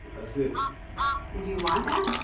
that's it and do you want that?